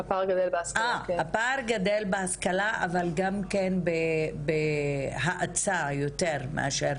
הפער גדל בהשכלה, אבל גם בהאצה יותר מאשר